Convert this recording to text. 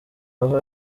aho